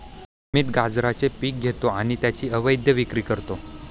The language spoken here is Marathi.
अमित गांजेचे पीक घेतो आणि त्याची अवैध विक्री करतो